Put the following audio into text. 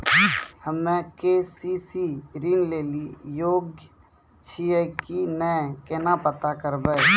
हम्मे के.सी.सी ऋण लेली योग्य छियै की नैय केना पता करबै?